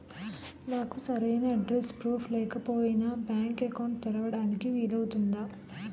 నాకు సరైన address proof లేకపోయినా బ్యాంక్ అకౌంట్ తెరవడానికి వీలవుతుందా?